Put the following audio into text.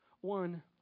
One